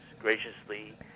graciously